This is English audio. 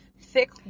thick